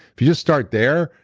if you just start there,